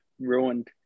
ruined